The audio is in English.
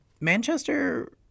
Manchester